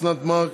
אוסנת מארק,